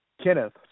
Kenneth